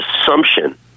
assumption